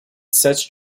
such